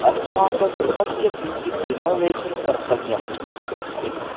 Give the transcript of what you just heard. अस्माकं गृहस्य किञ्चित् रेनोवेशन् कर्तव्यम् अस्ति